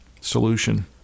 solution